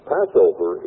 Passover